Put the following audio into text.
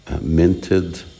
minted